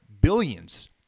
billions